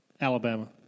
Alabama